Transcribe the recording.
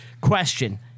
question